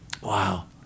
Wow